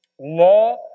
law